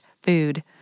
food